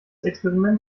experiment